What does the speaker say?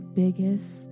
biggest